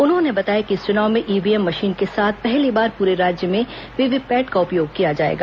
उन्होंने बताया कि इस चुनाव में ईव्हीएम मशीन के साथ पहली बार पूरे राज्य में वीवीपैट का उपयोग किया जाएगा